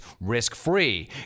risk-free